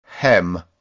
hem